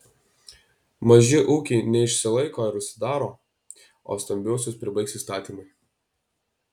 maži ūkiai neišsilaiko ir užsidaro o stambiuosius pribaigs įstatymai